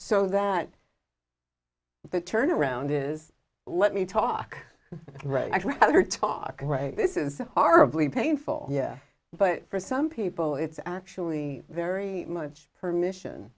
so that the turnaround is let me talk right rather talk this is horribly painful yeah but for some people it's actually very much her mission